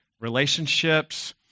relationships